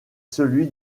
celui